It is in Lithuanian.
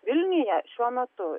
vilniuje šiuo metu